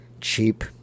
cheap